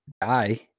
die